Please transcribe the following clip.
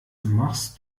machst